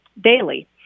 daily